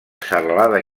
serralada